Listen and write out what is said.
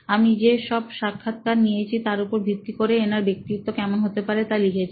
আমি যে সব সাক্ষাৎকার নিয়েছি তার উপর ভিত্তি করে এনার ব্যক্তিত্ব কেমন হতে পারে টস লিখেছি